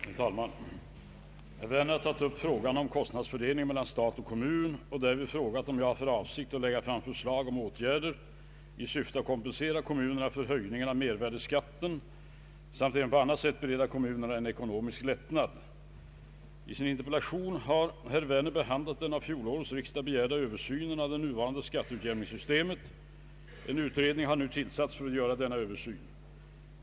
Herr talman! Herr Werner har tagit upp frågan om kostnadsfördelningen mellan stat och kommun och därvid frågat om jag har för avsikt att lägga fram förslag om åtgärder bl.a. i syfte att kompensera kommunerna för höjningen av mervärdeskatten samt även på annat sätt bereda kommunerna en ekonomisk lättnad. I sin interpellation har herr Werner behandlat den av fjolårets riksdag begärda översynen av det nuvarande skatteutjämningssystemet. En utredning har nu tillsatts för att göra denna översyn.